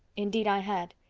indeed i had.